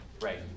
Right